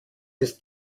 ist